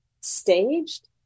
staged